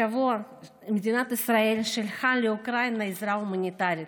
השבוע מדינת ישראל שלחה לאוקראינה עזרה הומניטרית,